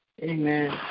Amen